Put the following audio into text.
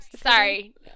Sorry